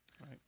Right